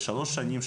לשלוש שנים,